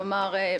כלומר,